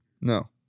No